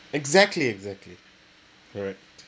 exactly exactly correct